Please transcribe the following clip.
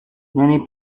many